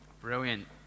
brilliant